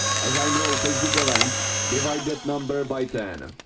as i know facebook events, divide the number by ten.